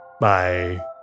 Bye